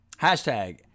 Hashtag